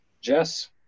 Jess